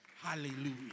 Hallelujah